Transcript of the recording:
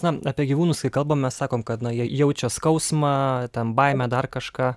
na apie gyvūnus kai kalbam mes sakom kad na jie jaučia skausmą ten baimę dar kažką